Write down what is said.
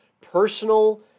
personal